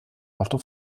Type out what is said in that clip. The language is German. otto